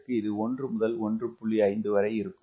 5 வரை இருக்கும்